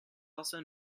also